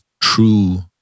true